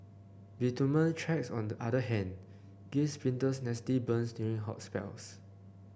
bitumen tracks on the other hand gave sprinters nasty burns during hot spells